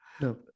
No